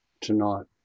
tonight